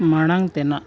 ᱢᱟᱲᱟᱝ ᱛᱮᱱᱟᱜ